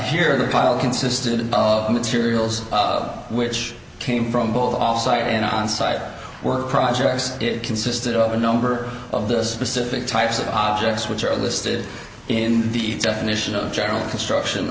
here the pile consisted of materials which came from both offsite and onsite work projects it consisted of a number of the specific types of objects which are listed in the definition of general construction